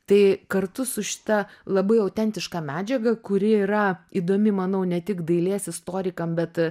tai kartu su šita labai autentiška medžiaga kuri yra įdomi manau ne tik dailės istorikam bet